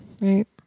Right